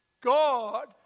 God